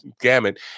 gamut